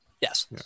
Yes